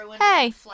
hey